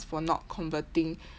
for not converting